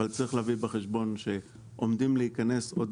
אבל צריך להביא בחשבון שעומדים להיכנס עוד